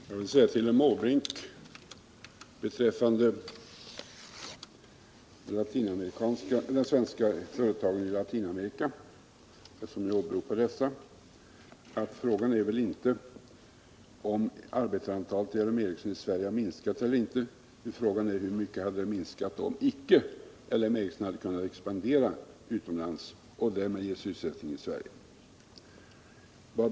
Herr talman! Jag vill säga till herr Måbrink beträffande svenska företag i Latinamerika — eftersom han åberopar dessa — att frågan är inte om arbetarantalet i Sverige minskat eller inte, utan frågan är hur mycket den hade minskat om LM Ericsson icke hade kunnat expandera utomlands och därmed ge sysselsättning i Sverige.